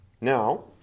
Now